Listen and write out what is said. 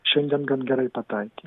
šiandien gan gerai pataikė